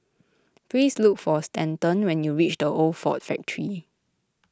please look for Stanton when you reach the Old Ford Factor